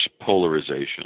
polarization